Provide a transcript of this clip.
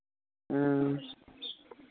ह्म्म